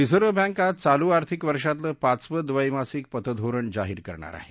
reserve Bank आज चालू आर्थिक वर्षातलं पाचवं द्वैमासिक पतधोरण जाहीर करणार आहे